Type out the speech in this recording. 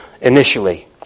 initially